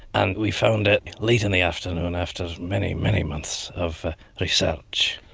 and we found it late in the afternoon after many, many months of research.